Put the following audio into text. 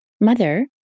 Mother